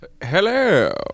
Hello